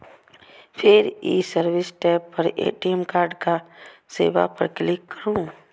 फेर ई service tab पर ए.टी.एम कार्ड सेवा पर क्लिक करू